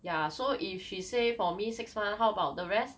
ya so if she say for me six months how about the rest